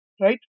right